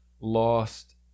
lost